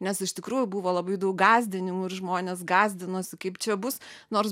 nes iš tikrųjų buvo labai daug gąsdinimų ir žmonės gąsdinosi kaip čia bus nors